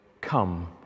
Come